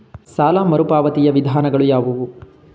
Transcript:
ಸಾಲ ಮರುಪಾವತಿಯ ವಿಧಾನಗಳು ಯಾವುವು?